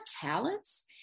talents